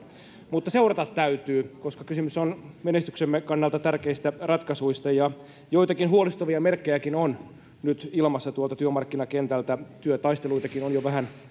mutta seurata täytyy koska kysymys on menestyksemme kannalta tärkeistä ratkaisuista ja joitakin huolestuttavia merkkejäkin on nyt ilmassa tuolta työmarkkinakentältä työtaisteluitakin on jo vähän